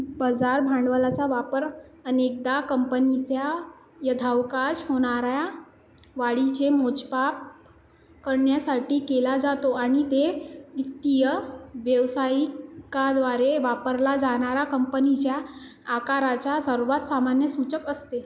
बाजार भांडवलाचा वापर अनेकदा कंपनीच्या यथावकाश होणार्या वाढीचे मोजमाप करण्यासाठी केला जातो आणि ते वित्तीय व्यवसायिक काद्वारे वापरला जाणारा कंपनीच्या आकाराचा सर्वात सामान्य सूचक असते